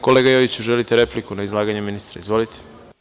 Kolega Jojiću, želite repliku na izlaganje ministra? (Da.) Izvolite.